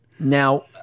Now